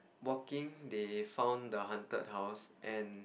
walking they found the haunted house and